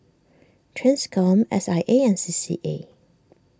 Transcom S I A and C C A